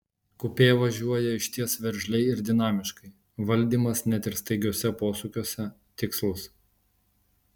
kupė važiuoja išties veržliai ir dinamiškai valdymas net ir staigiuose posūkiuose tikslus